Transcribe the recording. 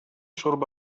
شرب